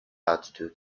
altitude